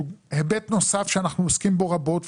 היבט נוסף שאנחנו עוסקים בו רבות,